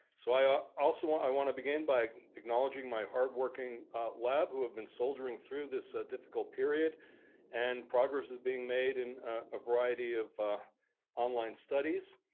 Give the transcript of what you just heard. so i also want i want to begin by acknowledging my hard working lab who have been soldiering through this ah difficult period. danielschacter and progress is being made in a variety of online studies,